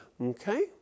Okay